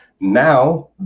now